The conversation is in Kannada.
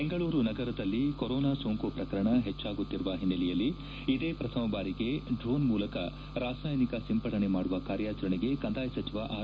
ಬೆಂಗಳೂರು ನಗರದಲ್ಲಿ ಕೊರೊನಾ ಸೋಂಕು ಪ್ರಕರಣ ಹೆಚ್ಚಾಗುತ್ತಿರುವ ಹಿನ್ನೆಲೆಯಲ್ಲಿ ಇದೇ ಪ್ರಥಮಬಾರಿಗೆ ದ್ರೋಣ್ ಮೂಲಕ ರಾಸಾಯನಿಕ ಸಿಂಪಡಣೆ ಮಾಡುವ ಕಾರ್ಯಾಚರಣೆಗೆ ಕಂದಾಯ ಸಚಿವ ಆರ್